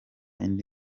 indi